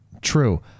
True